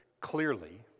clearly